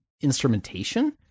instrumentation